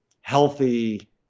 healthy